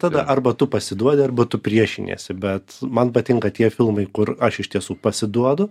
tada arba tu pasiduodi arba tu priešiniesi bet man patinka tie filmai kur aš iš tiesų pasiduodu